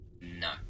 No